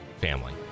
Family